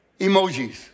emojis